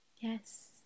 Yes